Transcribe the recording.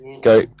go